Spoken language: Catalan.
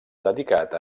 dedicat